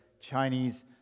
Chinese